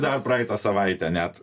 dar praeitą savaitę net